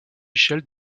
michel